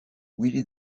willie